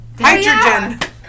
Hydrogen